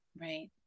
Right